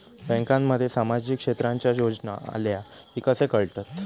बँकांमध्ये सामाजिक क्षेत्रांच्या योजना आल्या की कसे कळतत?